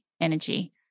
energy